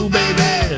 baby